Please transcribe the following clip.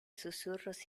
susurros